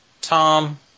Tom